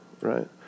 right